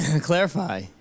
clarify